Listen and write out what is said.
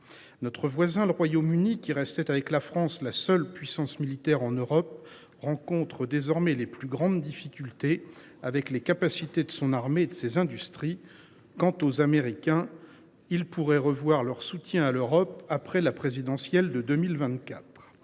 Notre voisin, le Royaume Uni, qui restait avec la France la seule puissance militaire en Europe, rencontre désormais les plus grandes difficultés avec les capacités de son armée et de ses industries. Quant aux Américains, ils pourraient revoir leur soutien à l’Europe après la présidentielle de 2024.